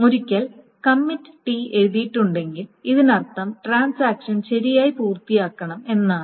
ഒരിക്കൽ committed എഴുതിയിട്ടുണ്ടെങ്കിൽ ഇതിനർത്ഥം ട്രാൻസാക്ഷൻ ശരിയായി പൂർത്തിയാക്കണം എന്നാണ്